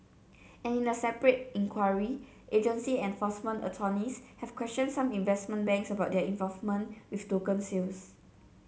and in a separate inquiry agency enforcement attorneys have questioned some investment banks about their involvement with token sales